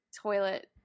toilet